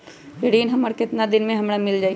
ऋण हमर केतना दिन मे हमरा मील जाई?